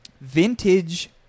vintage